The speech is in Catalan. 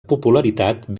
popularitat